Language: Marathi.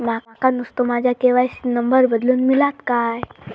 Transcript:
माका नुस्तो माझ्या के.वाय.सी त नंबर बदलून मिलात काय?